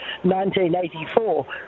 1984